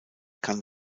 kann